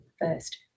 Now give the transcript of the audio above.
first